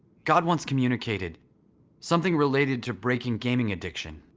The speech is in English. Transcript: god once communicated something related to breaking gaming addiction.